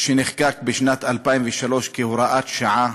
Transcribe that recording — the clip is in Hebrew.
שנחקק בשנת 2003 כהוראת שעה